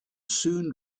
soon